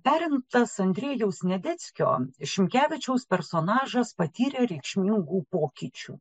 perimtas andriejaus sniadeckio šimkevičiaus personažas patyrė reikšmingų pokyčių